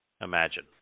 Imagine